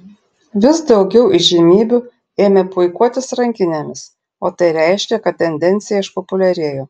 vis daugiau įžymybių ėmė puikuotis rankinėmis o tai reiškė kad tendencija išpopuliarėjo